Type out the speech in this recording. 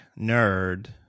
nerd